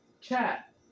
Chat